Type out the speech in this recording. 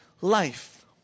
life